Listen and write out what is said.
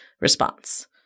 response